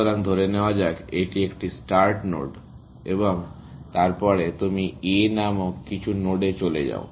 সুতরাং ধরে নেওয়া যাক এটি একটি স্টার্ট নোড এবং তারপরে তুমি A নামক কিছু নোডে চলে যাও